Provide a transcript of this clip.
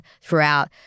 throughout